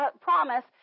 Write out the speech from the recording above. promise